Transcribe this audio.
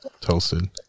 toasted